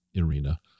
arena